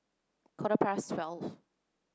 quarter past twelve